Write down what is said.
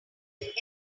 build